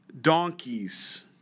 donkeys